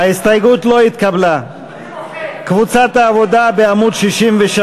ההסתייגות של קבוצת סיעת יהדות התורה לסעיף 12,